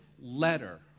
letter